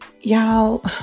y'all